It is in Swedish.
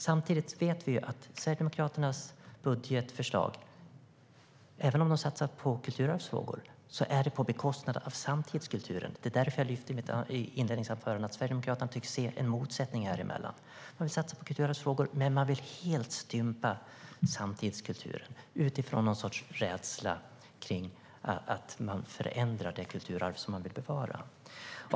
Samtidigt vet vi att även om Sverigedemokraterna i sitt budgetförslag satsar på kulturarvsfrågor är det på bekostnad av samtidskulturen. Det var därför som jag i mitt inledningsanförande lyfte fram att Sverigedemokraterna tycks se en motsättning häremellan. De vill satsa på kulturarvsfrågor, men de vill helt stympa samtidskulturen utifrån något slags rädsla för att det kulturarv som de vill bevara förändras.